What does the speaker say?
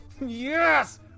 Yes